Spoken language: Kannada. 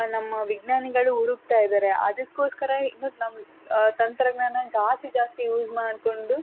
ನಮ್ಮ ವಿಜ್ಞಾನಿಗಳು ಹುಡುಕ್ತಾ ಇದ್ದಾರೆ ಅದಕ್ಕೋಸ್ಕರ ಇನ್ನು ನಮ್ಮ ತಂತ್ರಜ್ಞಾನ ಜಾಸ್ತಿ ಜಾಸ್ತಿ ಯೂಸ್ ಮಾಡಿಕೊಂಡು